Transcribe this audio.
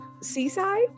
seaside